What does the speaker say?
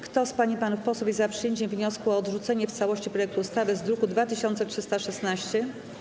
Kto z pań i panów posłów jest za przyjęciem wniosku o odrzucenie w całości projektu ustawy z druku nr 2316?